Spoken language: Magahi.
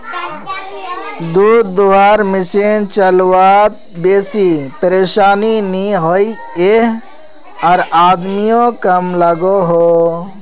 दूध धुआर मसिन चलवात बेसी परेशानी नि होइयेह आर आदमियों कम लागोहो